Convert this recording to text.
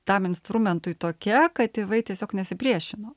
tam instrumentui tokia kad tėvai tiesiog nesipriešino